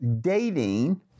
dating